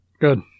good